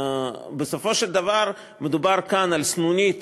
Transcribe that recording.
בסופו של דבר מדובר כאן על סנונית